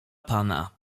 pana